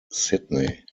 sydney